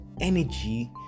energy